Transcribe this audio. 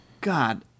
God